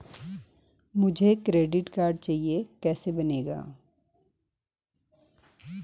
मुझे credit card चाहिए कैसे बनेगा?